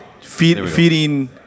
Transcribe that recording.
feeding